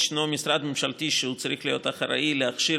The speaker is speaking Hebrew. ישנו משרד ממשלתי שצריך להיות אחראי להכשיר